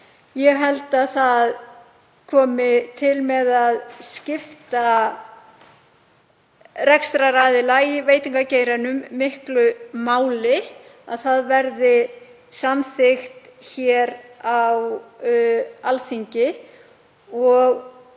Ég held að það komi til með að skipta rekstraraðila í veitingageiranum miklu máli að það verði samþykkt hér á Alþingi